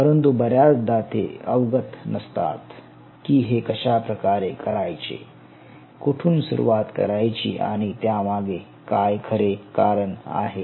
परंतु बऱ्याचदा ते अवगत नसतात की हे कशा प्रकारे करायचे कुठून सुरुवात करायची आणि त्यामागे काय खरे कारण आहे